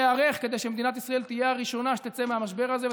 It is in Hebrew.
להיערך כדי שמדינת ישראל תהיה הראשונה שתצא מהמשבר הזה,